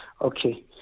Okay